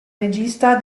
regista